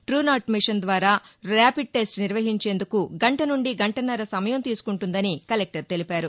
టూనాట్ machine ద్వారా rapid test నిర్వహించేందుకు గంట నుండి గంటన్నర సమయం తీసుకుంటుందని కలెక్టర్ తెలిపారు